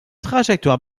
trajectoire